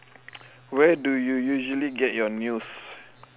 where do you usually get your news